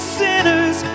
sinners